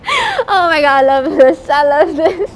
oh my god I love this I love this